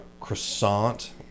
croissant